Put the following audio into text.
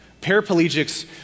Paraplegics